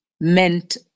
meant